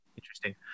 interesting